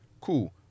cool